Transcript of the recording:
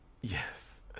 Yes